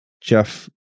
Jeff